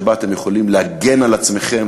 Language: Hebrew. שבה אתם יכולים להגן על עצמכם,